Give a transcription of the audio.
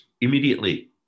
immediately